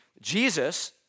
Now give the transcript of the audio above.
Jesus